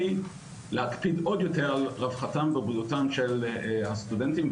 להקפיד עוד יותר על רווחתם ובריאותם של הסטודנטים,